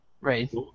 Right